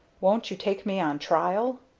won't you take me on trial?